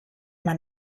man